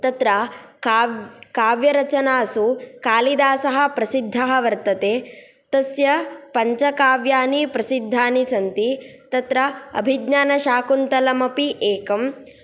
तत्र काव् काव्यरचनासु कालिदासः प्रसिद्धः वर्तते तस्य पञ्चकाव्यानि प्रसिद्धानि सन्ति तत्र अभिज्ञानशाकुन्तलामपि एकम्